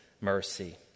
mercy